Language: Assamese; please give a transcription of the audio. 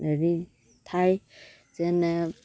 হেৰি ঠাই যেনে